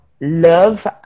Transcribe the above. love